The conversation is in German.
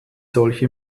solche